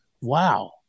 wow